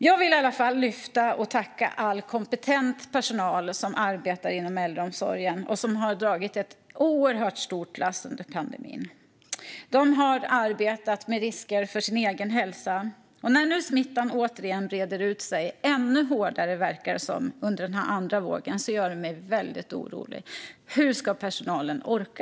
Jag vill i alla fall lyfta och tacka all kompetent personal som arbetar inom äldreomsorgen och som har dragit ett oerhört stort lass under pandemin. De har arbetat med risk för sin egen hälsa, och när smittan nu återigen breder ut sig - ännu värre under den här andra vågen, verkar det som - gör det mig väldigt orolig. Hur ska personalen orka?